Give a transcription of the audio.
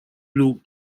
look